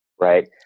Right